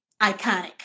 iconic